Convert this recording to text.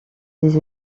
des